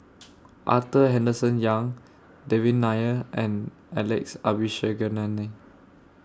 Arthur Henderson Young Devan Nair and Alex Abisheganaden